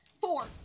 Four